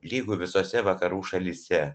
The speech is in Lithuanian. lygu visose vakarų šalyse